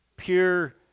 pure